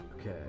okay